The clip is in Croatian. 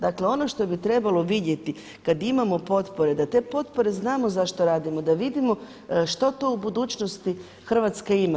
Dakle, ono što bi trebalo vidjeti kad imamo potpore da te potpore znamo za što radimo, da vidimo što to u budućnosti Hrvatska ima.